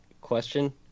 question